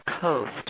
Coast